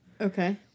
Okay